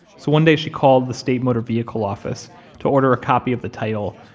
so one day she called the state motor vehicle office to order a copy of the title.